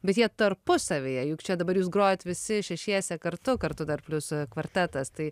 bet jie tarpusavyje juk čia dabar jūs grojat visi šešiese kartu kartu dar plius kvartetas tai